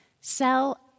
sell